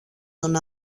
τον